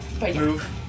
Move